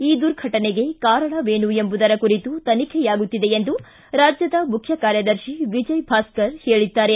ಈ ದುರ್ಘಟನೆಗೆ ಕಾರಣವೇನು ಎಂಬುದರ ಕುರಿತು ತನಿಖೆಯಾಗುತ್ತಿದೆ ಎಂದು ರಾಜ್ಯದ ಮುಖ್ಯ ಕಾರ್ಯದರ್ಶಿ ವಿಜಯ ಭಾಸ್ಕರ್ ಹೇಳಿದ್ದಾರೆ